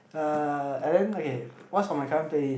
uh and then okay what's on my current playlist